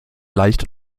leicht